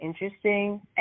interesting